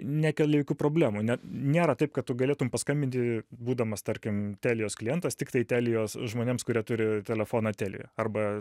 nekelia jokių problemų net nėra taip kad tu galėtum paskambinti būdamas tarkim telijos klientas tiktai telijos žmonėms kurie turi telefoną telia arba